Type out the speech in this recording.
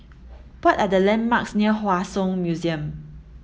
what are the landmarks near Hua Song Museum